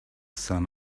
sun